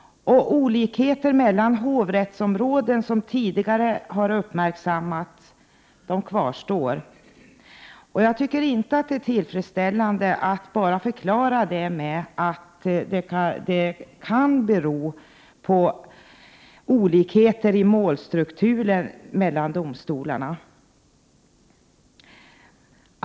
1988/89:115 mellan hovrättsområdena som tidigare har uppmärksammats kvarstår. Det 17 maj 1989 är inte tillfredsställande att detta förklaras med att orsaken kan vara olikheter mellan domstolarna i fråga om målstrukturen.